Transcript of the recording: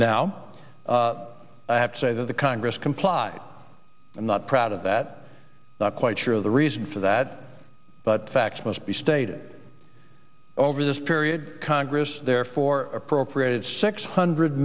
now i have to say that the congress complied i'm not proud of that not quite sure of the reason for that but facts must be stated over this period congress therefore appropriated six hundred